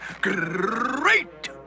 great